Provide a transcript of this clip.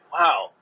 Wow